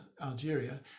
Algeria